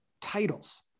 titles